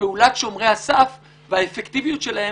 ופעולת שומרי הסף והאפקטיביות שלהם,